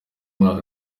mwaka